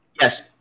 Yes